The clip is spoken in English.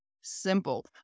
Simple